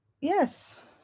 yes